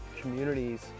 communities